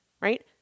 right